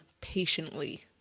patiently